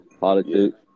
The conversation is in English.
politics